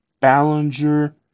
Ballinger